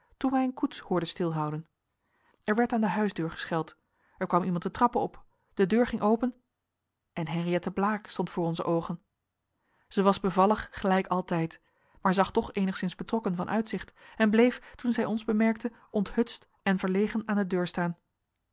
toen wij een koets hoorden stilhouden er werd aan de huisdeur gescheld er kwam iemand de trappen op de deur ging open en henriëtte blaek stond voor onze oogen zij was bevallig gelijk altijd maar zag toch eenigszins betrokken van uitzicht en bleef toen zij ons bemerkte onthutst en verlegen aan de deur staan